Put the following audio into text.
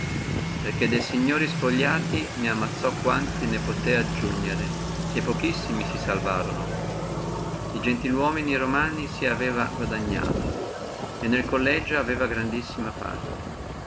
perché de signori spogliati ne ammazzò quanti ne possé aggiugnere e pochissimi si salvarono e gentili uomini romani si aveva guadagnati e nel collegio aveva grandissima parte